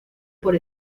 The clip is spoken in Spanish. por